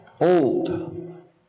old